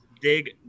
dig